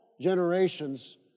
generations